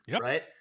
Right